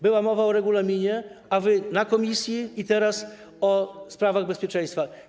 Była mowa o regulaminie, a wy w komisji i teraz o sprawach bezpieczeństwa.